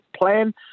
plan